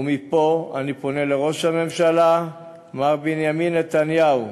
ומפה אני פונה לראש הממשלה מר בנימין נתניהו,